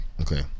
Okay